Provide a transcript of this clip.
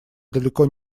далеко